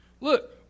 Look